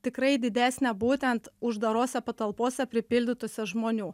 tikrai didesnė būtent uždarose patalpose pripildytose žmonių